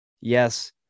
yes